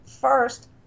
first